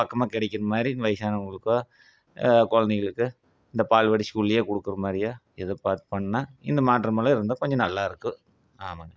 பக்கமாக கிடைக்கிற மாரி வயதானவங்களுக்கோ குழந்தைங்களுக்கு இந்த பால்வாடி ஸ்கூல்லேயே கொடுக்குற மாதிரியே ஏதோ பார்த்து பண்ணினா இந்த மாற்றம் எல்லாம் இருந்தால் கொஞ்சம் நல்லா இருக்கும் ஆமாங்க